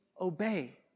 obey